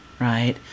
Right